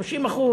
30%,